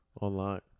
Online